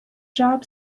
job